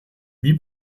wie